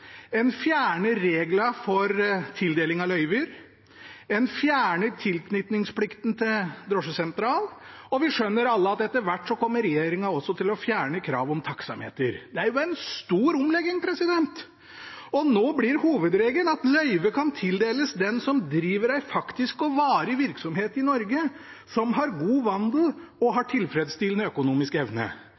En fjerner reglene for tildeling av løyver. En fjerner tilknytningsplikten til drosjesentral, og vi skjønner alle at etter hvert kommer regjeringen til å fjerne kravet om taksameter. Det er en stor omlegging. Nå blir hovedregelen at løyvet kan tildeles den som driver en faktisk og varig virksomhet i Norge, som har god vandel og har tilfredsstillende økonomisk evne.